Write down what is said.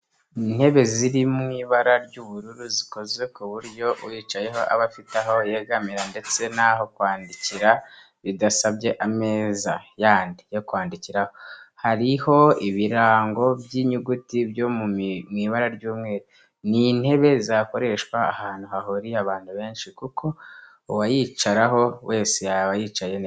Intebe ziri mu ibara ry'ubururu zikozwe ku buryo uyicayeho aba afite aho yegamira ndetse n'aho kwandikira bidasabye ameza yandi yo kwandikiraho, hariho ibirango by'inyuguti byo mu ibara ry'umweru. Ni intebe zakoreshwa ahantu hahuriye abantu benshi kuko uwayicaraho wese yaba yicaye neza.